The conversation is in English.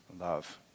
Love